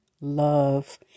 love